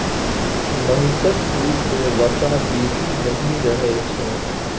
महिषक दूध में वसा बेसी नहि रहइ छै